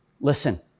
listen